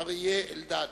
אריה אלדד.